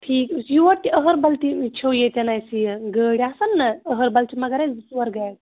ٹھیٖک یُس یور تہِ أہربل تہِ چھو ییٚتٮ۪ن اَسہِ یہِ گٲڑۍ آسان نہ أہربل چھِ مگر اَسہِ زٕ ژور گاڑِ